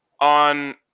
on